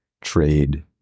trade